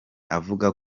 avuga